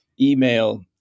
email